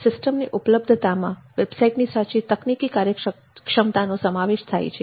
સિસ્ટમની ઉપલબ્ધતામાં વેબસાઈટની સાચી તકનીકી કાર્યક્ષમતાનો સમાવેશ થાય છે